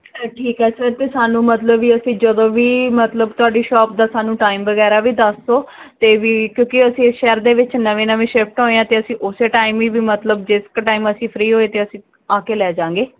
ਠੀਕ ਹੈ ਸਰ ਅਤੇ ਸਾਨੂੰ ਮਤਲਬ ਵੀ ਅਸੀਂ ਜਦੋਂ ਵੀ ਮਤਲਬ ਤੁਹਾਡੀ ਸ਼ੋਪ ਦਾ ਸਾਨੂੰ ਟਾਈਮ ਵਗੈਰਾ ਵੀ ਦੱਸ ਦਿਉ ਅਤੇ ਵੀ ਕਿਉਂਕਿ ਅਸੀਂ ਸ਼ਹਿਰ ਦੇ ਵਿੱਚ ਨਵੇਂ ਨਵੇਂ ਸ਼ਿਫਟ ਹੋਏ ਹਾਂ ਤੇ ਅਸੀਂ ਉਸ ਟਾਈਮ ਵੀ ਮਤਲਬ ਜਿਸ ਕੁ ਟਾਈਮ ਅਸੀਂ ਫਰੀ ਹੋਏ ਤਾਂ ਅਸੀਂ ਆ ਕੇ ਲੈ ਜਾਂਗੇ